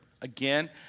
Again